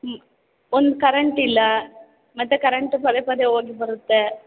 ಹ್ಞೂ ಒಂದು ಕರೆಂಟಿಲ್ಲ ಮತ್ತು ಕರೆಂಟು ಪದೇ ಪದೇ ಹೋಗಿ ಬರುತ್ತೆ